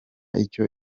icyo